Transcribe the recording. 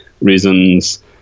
reasons